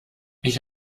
ich